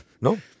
No